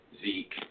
Zeke